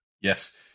Yes